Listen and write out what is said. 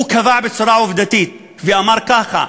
הוא קבע בצורה עובדתית ואמר ככה: